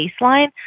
baseline